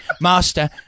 Master